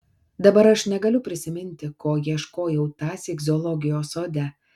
dabar aš negaliu prisiminti ko ieškojau tąsyk zoologijos sode